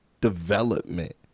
development